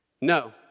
No